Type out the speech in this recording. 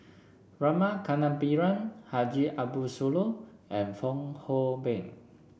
Rama Kannabiran Haji Ambo Sooloh and Fong Hoe Beng